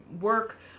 work